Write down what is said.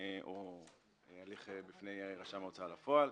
או הליך בפני רשם ההוצאה לפועל,